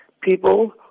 People